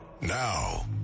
Now